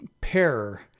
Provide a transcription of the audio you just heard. pair